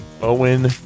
owen